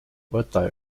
võta